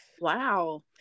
Wow